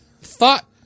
Thought